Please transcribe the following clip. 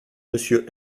monsieur